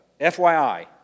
FYI